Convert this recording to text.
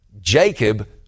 Jacob